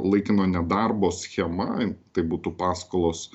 laikino nedarbo schema tai būtų paskolos